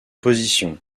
position